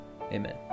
amen